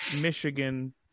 Michigan